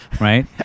right